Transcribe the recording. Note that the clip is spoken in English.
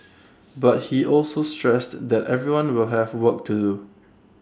but he also stressed that everyone will have work to do